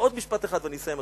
עוד משפט אחד ואני אסיים,